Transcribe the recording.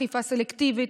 אכיפה סלקטיבית.